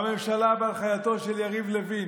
הממשלה בהנחייתו של יריב לוין,